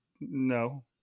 no